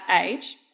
age